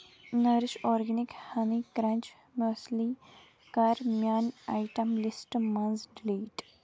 nourish organic honey crunch muesli کَر میانہِ item list منٛز ڈیلیٖٹ